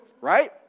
Right